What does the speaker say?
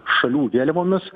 šalių vėliavomis